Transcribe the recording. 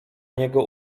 niego